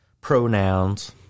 pronouns